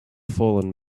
fallen